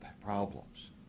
problems